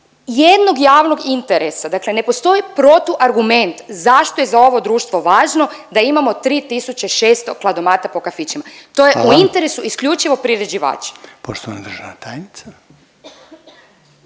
jednog javnog interesa, dakle ne postoji protuargument zašto je za ovo društvo važno da imamo 3.600 kladomata po kafićima. To je u interesu …/Upadica Reiner: Hvala./…